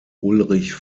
ulrich